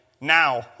now